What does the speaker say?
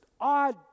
odd